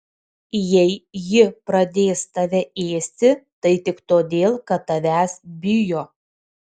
jei ji pradės tave ėsti tai tik todėl kad tavęs bijo